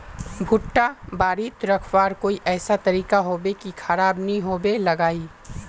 भुट्टा बारित रखवार कोई ऐसा तरीका होबे की खराब नि होबे लगाई?